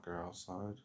outside